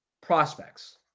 prospects